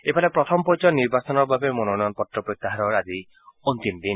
ইফালে প্ৰথম পৰ্য়যৰ নিৰ্বাচনৰ বাবে মনোনয়ন পত্ৰ প্ৰত্যাহাৰ আজি অন্তিম দিন